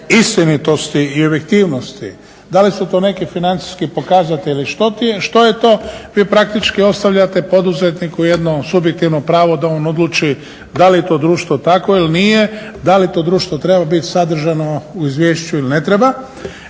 istinitosti i objektivnosti. Da li su to neki financijski pokazatelji, što je to? vi praktički ostavljate poduzetniku jedno subjektivno pravo da on odluči da li je to društvo takvo ili nije. Da li to društvo treba biti sadržano u izvješću ili ne treba.